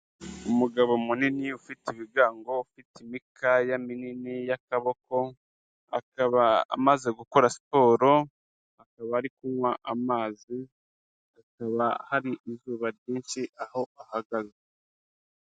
Umugabo munini ufite ibigango, ufite imikaya minini y'akaboko akaba amaze gukora siporo, akaba ari kunywa amazi hakaba hari izuba ryinshi aho ahagaze.